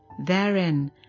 therein